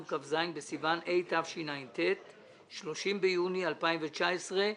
כ"ז בסיוון התשע"ט (30 ביוני 2019),